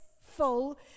full